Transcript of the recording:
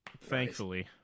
thankfully